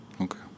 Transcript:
Okay